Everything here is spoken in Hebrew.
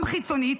גם חיצונית,